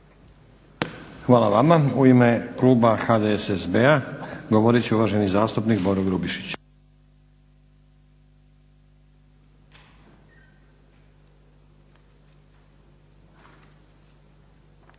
Hvala vama. U ime kluba HDSSB-a govorit će uvaženi zastupnik Boro Grubišić. **Grubišić,